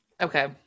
okay